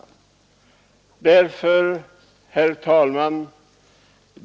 Herr talman!